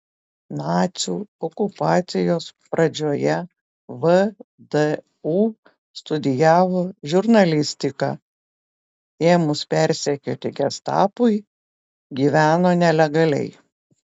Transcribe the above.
nacių okupacijos pradžioje vdu studijavo žurnalistiką ėmus persekioti gestapui gyveno nelegaliai